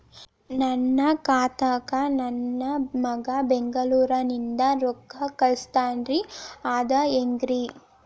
ನನ್ನ ಖಾತಾಕ್ಕ ನನ್ನ ಮಗಾ ಬೆಂಗಳೂರನಿಂದ ರೊಕ್ಕ ಕಳಸ್ತಾನ್ರಿ ಅದ ಹೆಂಗ್ರಿ?